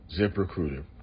ZipRecruiter